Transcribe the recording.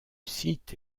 site